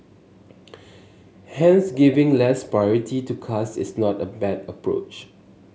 hence giving less priority to cars is not a bad approach